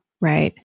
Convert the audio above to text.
right